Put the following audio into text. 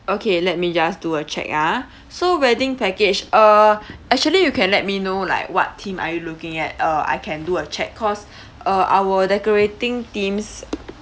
okay let me just do a check ah so wedding package uh actually you can let me know like what theme are you looking at uh I can do a check cause uh our decorating teams